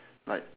like